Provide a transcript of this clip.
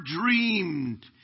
dreamed